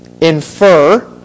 infer